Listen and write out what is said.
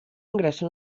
ingresso